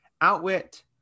Outwit